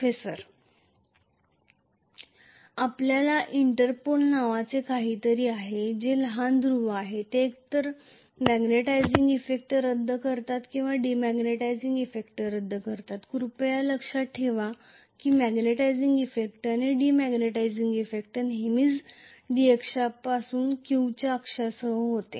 professor आपल्याकडे interpole नावाचे काहीतरी आहे जे लहान ध्रुव आहेत जे एकतर मॅग्नेटिझिंग इफेक्ट रद्द करतात किंवा डिमॅग्नेटीझिंग इफेक्ट रद्द करतात कृपया लक्षात ठेवा की मॅग्नेटिझिंग इफेक्ट आणि डीमॅग्नेटीझिंग इफेक्ट नेहमीच डी अक्षापासून क्यूच्या अक्षासह होते